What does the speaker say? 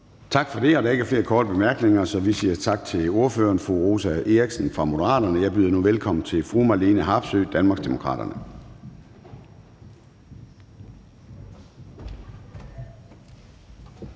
Tak for det. Der er ikke flere korte bemærkninger, så vi siger tak til ordføreren, fru Rosa Eriksen fra Moderaterne. Jeg byder nu velkommen til fru Marlene Harpsøe, Danmarksdemokraterne.